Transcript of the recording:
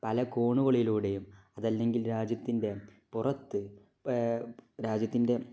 പല കോണുകളിലൂടെയും അതല്ലെങ്കിൽ രാജ്യത്തിൻ്റെ പുറത്ത് രാജ്യത്തിൻ്റെ